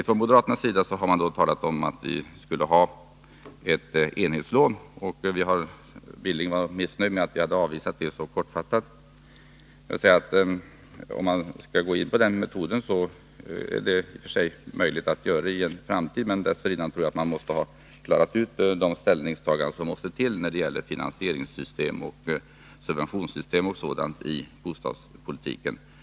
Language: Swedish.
Från moderaternas sida har man föreslagit ett enhetslån. Knut Billing var missnöjd med att vi så kortfattat har avvisat det förslaget. Det är i och för sig möjligt att i en framtid gå in för ett sådant lån, men dessförinnan måste vi klara ut ställningstaganden beträffande finansieringssystem, subventionssystem m.m. i bostadspolitiken.